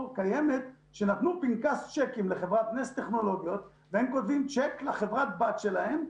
נתנו פנקס צ'קים לנס טכנולוגיות והם בעצמם כותבים צ'ק לחברת הבת שהם.